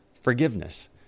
forgiveness